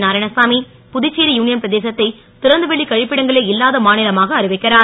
Narayanasamy Puducherry union பிரதேசத்தை றந்தவெளிக் க ப்பிடங்களே இல்லாத மா லமாக அறிவிக்கிறார்